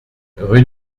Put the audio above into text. rue